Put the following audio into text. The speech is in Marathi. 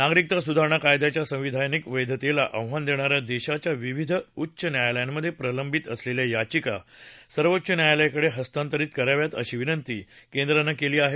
नागरिकता सुधारणा कायद्याच्या संवैधानिक वैधतेला आव्हान देणा या देशाच्या विविध उच्च न्यायालयांमधे प्रलंबित असलेल्या याचिका सर्वोच्च न्यायालयाकडे हस्तांतरित कराव्यात अशी विनंती केंद्राने केली आहे